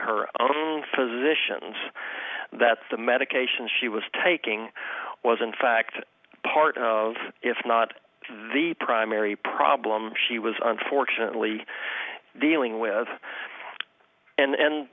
her physicians that the medications she was taking was in fact part of if not the primary problem she was unfortunately dealing with and